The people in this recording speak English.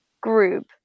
group